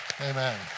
Amen